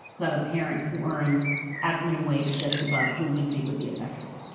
who have a parent who earns at the minimum wage or just above who we think would be affected.